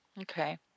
Okay